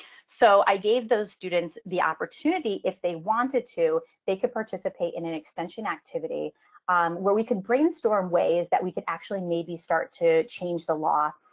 so i gave those students the opportunity. if they wanted to, they could participate in an extension activity where we could brainstorm ways that we could actually maybe start to change the law.